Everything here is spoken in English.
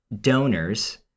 donors